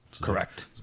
correct